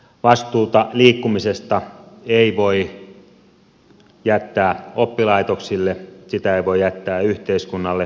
vastuuta liikkumisesta ei voi jättää oppilaitoksille sitä ei voi jättää yhteiskunnalle